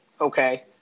Okay